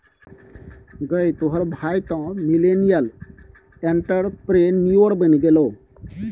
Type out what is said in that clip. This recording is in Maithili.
गै तोहर भाय तँ मिलेनियल एंटरप्रेन्योर बनि गेलौ